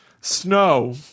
snow